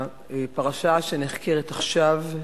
הפרשה שנחקרת עכשיו,